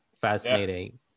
fascinating